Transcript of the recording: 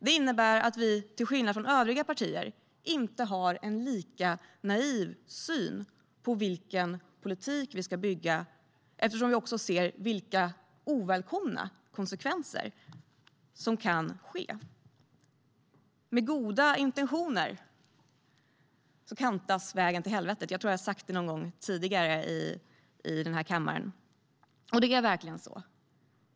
Det innebär att vi, till skillnad från övriga partier, inte har en lika naiv syn på vilken politik vi ska bygga eftersom vi också ser vilka ovälkomna konsekvenser det kan bli. Vägen till helvetet kantas av goda intentioner. Jag tror att jag har sagt det någon gång tidigare i den här kammaren, och det är verkligen så.